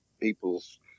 people's